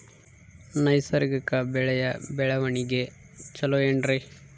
ನೈಸರ್ಗಿಕ ಬೆಳೆಯ ಬೆಳವಣಿಗೆ ಚೊಲೊ ಏನ್ರಿ?